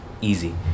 easy